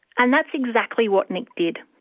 and that's exactly what nick did.